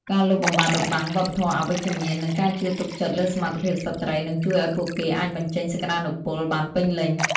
ការលុបបំបាត់របាំងវប្បធម៌អវិជ្ជមាន និងការជឿទុកចិត្តលើសមត្ថភាពស្ត្រី នឹងជួយឱ្យពួកគេអាចបញ្ចេញសក្ដានុពលបានពេញលេញ។